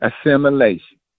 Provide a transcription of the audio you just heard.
assimilation